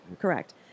Correct